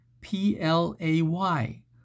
P-L-A-Y